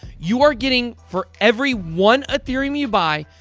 you are getting for every one ethereum you buy,